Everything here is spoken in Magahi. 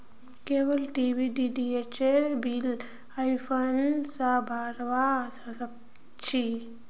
केबल टी.वी डीटीएचेर बिल ऑफलाइन स भरवा सक छी